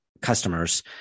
customers